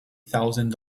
thousand